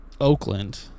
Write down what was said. Oakland